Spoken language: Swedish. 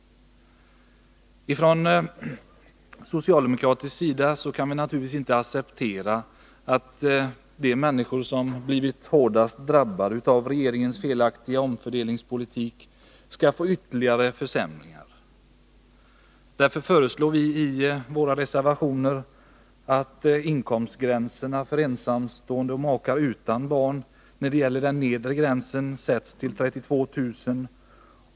På socialdemokratisk sida kan vi naturligtvis inte acceptera att de människor som blivit hårdast drabbade av regeringens felaktiga omfördelningspolitik skall få ytterligare försämringar. Därför föreslår vi i våra reservationer att inkomstgränserna för ensamstående och makar utan barn när det gäller nedre gränsen sätts till 32 000 kr.